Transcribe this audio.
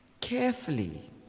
carefully